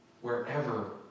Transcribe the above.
wherever